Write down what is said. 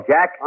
Jack